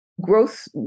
growth